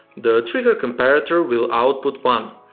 the trigger comparator will output one.